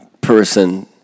person